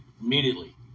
Immediately